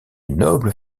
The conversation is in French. noble